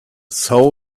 soul